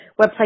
website